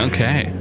Okay